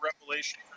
revelation